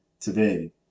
today